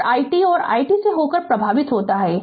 और i t है और i t से होकर प्रवाहित होता है